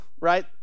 right